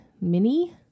mini